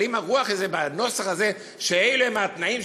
אבל אם הרוח היא בנוסח הזה שאלה התנאים